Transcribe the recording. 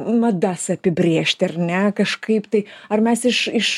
madas apibrėžti ar ne kažkaip tai ar mes iš iš